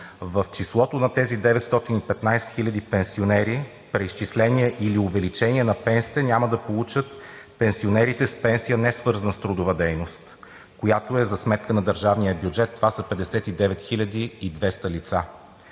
в числото на тези 915 000 пенсионери преизчисление или увеличение на пенсиите няма да получат пенсионерите с пенсия, несвързана с трудова дейност, която е за сметка на държавния бюджет. Това са 59 200 лица.